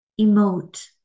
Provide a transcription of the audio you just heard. emote